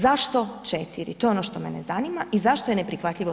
Zašto 4, to je ono što mene zanima i zašto je neprihvatljivo 7?